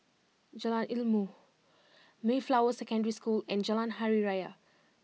Jalan Ilmu Mayflower Secondary School and Jalan Hari Raya